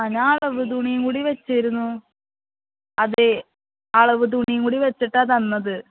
ആ ഞാൻ അളവുതുണിയും കൂടി വച്ചിരുന്നു അതെ അളവുതുണിയും കൂടി വച്ചിട്ടാണ് തന്നത്